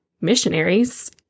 missionaries